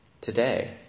Today